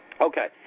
Okay